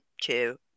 two